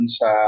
sa